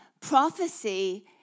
Prophecy